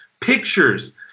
pictures